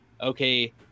Okay